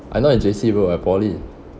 I not in J_C bro I poly